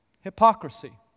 Hypocrisy